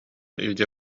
илдьэ